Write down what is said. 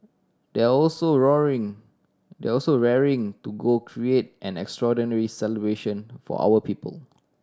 they are also they are also raring to go create an extraordinary celebration for our people